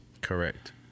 Correct